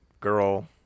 girl